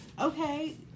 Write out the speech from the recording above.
okay